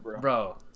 bro